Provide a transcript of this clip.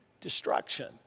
destruction